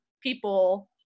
people